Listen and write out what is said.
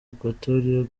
equatorial